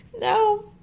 No